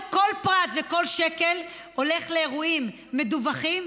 כל פרט וכל שקל הולך לאירועים מדווחים,